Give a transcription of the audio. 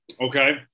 Okay